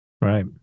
Right